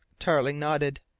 tarling nodded.